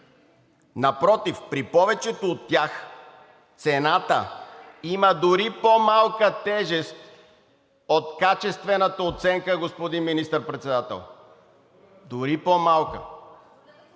Напротив, при повечето от тях цената има дори по-малка тежест от качествената оценка, господин Министър-председател. Дори по-малка.